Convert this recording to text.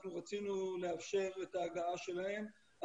אנחנו רצינו לאפשר את ההגעה שלהם,